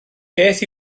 beth